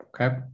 okay